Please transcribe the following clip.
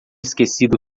esquecido